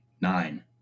Nine